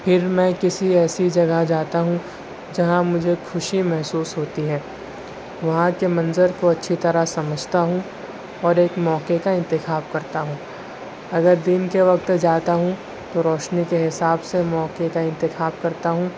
پھر میں کسی ایسی جگہ جاتا ہوں جہاں مجھے خوشی محسوس ہوتی ہے وہاں کے منظر کو اچھی طرح سمجھتا ہوں اور ایک موقع کا انتخاب کرتا ہوں اگر دن کے وقت جاتا ہوں تو روشنی کے حساب سے موقع کا انتخاب کرتا ہوں